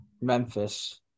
Memphis